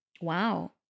Wow